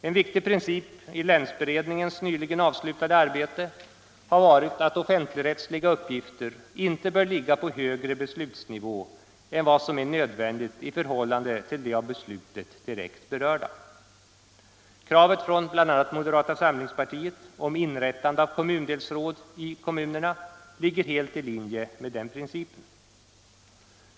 En viktig princip i länsberedningens nyligen avslutade arbete har varit att offentligrättsliga uppgifter inte bör ligga på högre beslutsnivå än vad som är nödvändigt i förhållande till de av beslutet direkt berörda. Kravet från bl.a. moderata samlingspartiet om inrättande av kommundelsråd i kommunerna ligger helt i linje med den principen.